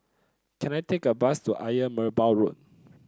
can I take a bus to Ayer Merbau Road